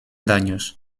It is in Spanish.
daños